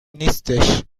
نیستش